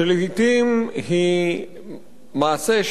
שלעתים היא מעשה,